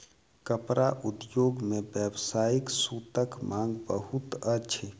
कपड़ा उद्योग मे व्यावसायिक सूतक मांग बहुत अछि